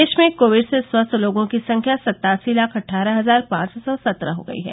देश में कोविड से स्वस्थ लोगों की संख्या सतासी लाख अट्ठारह हजार पांच सौ सत्रह हो गई है